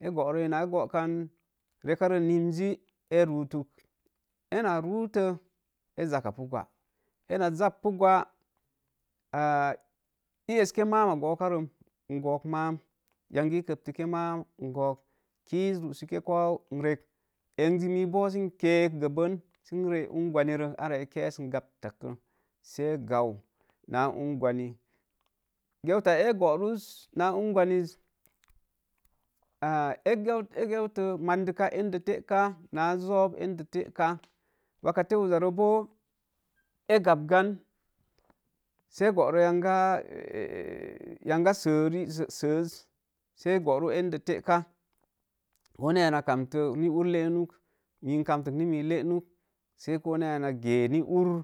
Ee goro in ee gook kan reka ninzi ee rootuk, eena rooto, ee zaka pu gwa, ee na zappu gwa ii eske mawa goka rem, n gook maam, yangi ii kəpti mam n gook maam kiz ruse kou n rek, ere mi boo sən keek gə bən, sə rek, ungwamni re, ara ee kesən gaptak ree, se gau naa ungwani, geutaa ee gworus naa ungwani, a ee geutə mandika endə təka naa joob en de teka wakate uza ru boo ee gabgan se goro yan serumi səs sə ee goru endə teka koneya na kamtə ni ur leenuk, mii kamtuk ni mii lee ruk, sə ko naya na gee ni ur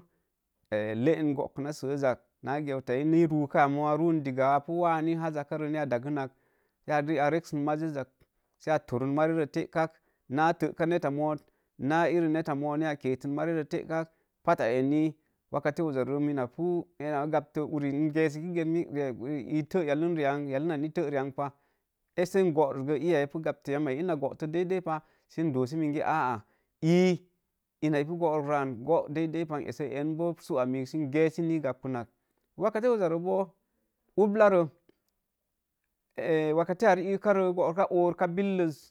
leen gookuna sezzaz, naa geutani ruu kaa moo ruu digga apu wan jakare ni a dagənnan, ni a reksin mazzis zak se a torun mari roo tekak, naa tekka netta moot, naa irim netta boo móot ni a ketinak ni ketin mari ree takka, pat a eni wakate uzaree, mina pu, ena gaptə n gesəgen ni, te yalimo ri i an yalin nan i te ree an. pah, sə n gorosgo iya epu gaptə yammai ina goto daidai pah sə dosi minge aa ii ina ipu gorok ree an go daidai n essə en boo su a miik sə n gesi ni gaupon nak. Wakare uzaro boo ubla wakate rigəka oruka billos